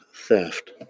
theft